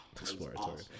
Exploratory